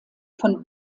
von